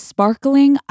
Sparkling